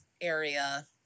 area